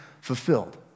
fulfilled